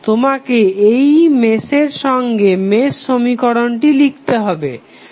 তোমাকে এই মেশের জন্য মেশ সমীকরণটি লিখতে হবে